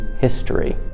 history